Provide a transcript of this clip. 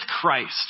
Christ